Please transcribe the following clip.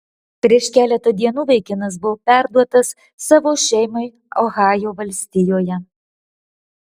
prieš keletą dienų vaikinas buvo perduotas savo šeimai ohajo valstijoje